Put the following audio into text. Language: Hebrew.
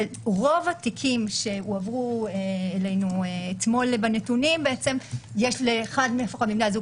בנתוני רוב התיקים שהועברו אלינו אתמול יש לאחד לפחות מבני הזוג